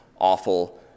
awful